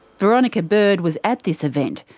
veronica bird was at this event,